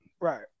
Right